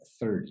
thirty